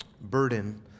burden